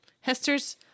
Hester's